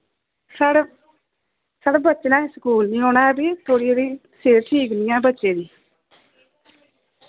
साढ़े साढ़े बच्चे नै अज्ज स्कूल नी औना ऐ फ्ही थोह्ड़ी हारी सेह्त ठीक नी ऐ बच्चे दी